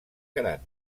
gran